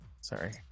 sorry